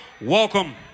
welcome